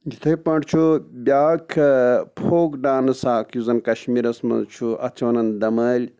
یِتھَے پٲٹھۍ چھُ بیٛاکھ فوک ڈانٕس اَکھ یُس زَن کشمیٖرَس منٛز چھُ اَتھ چھِ وَنان دَمٲلۍ